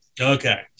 Okay